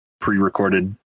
pre-recorded